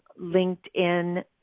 LinkedIn